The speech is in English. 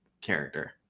character